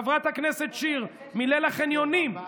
חברת הכנסת שיר מליל החניונים,